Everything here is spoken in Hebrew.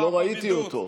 לא ראיתי אותו.